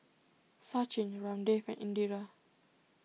Sachin Ramdev and Indira